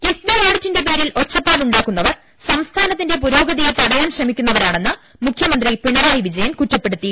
കിഫ്ബി ഓഡിറ്റിന്റെ പേരിൽ ഒച്ചപ്പാടുണ്ടാക്കുന്നവർ സംസ്ഥാ നത്തിന്റെ പുരോഗതിയെ തടയാൻ ശ്രമിക്കുന്നവരാണെന്ന് മുഖ്യ മന്ത്രി പിണറായി വിജയൻ കുറ്റപ്പെടുത്തി